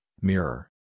mirror